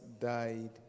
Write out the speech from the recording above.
died